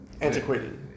antiquated